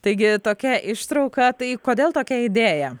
taigi tokia ištrauka tai kodėl tokia idėja